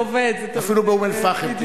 זה עובד --- אפילו באום-אל-פחם,